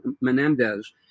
Menendez